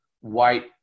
white